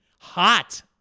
hot